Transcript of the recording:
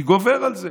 אני גובר על זה.